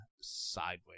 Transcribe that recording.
sideways